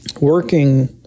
working